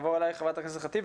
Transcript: נעבור אליך, חברת הכנסת ח'טיב,